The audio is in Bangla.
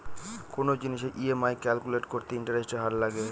কোনো জিনিসের ই.এম.আই ক্যালকুলেট করতে ইন্টারেস্টের হার লাগে